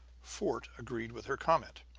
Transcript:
fort agreed with her comment.